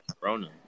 Corona